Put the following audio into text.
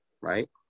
Right